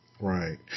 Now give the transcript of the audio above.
Right